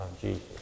Jesus